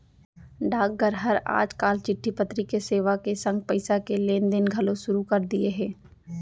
डाकघर हर आज काल चिट्टी पतरी के सेवा के संग पइसा के लेन देन घलौ सुरू कर दिये हे